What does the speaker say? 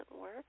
work